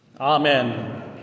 Amen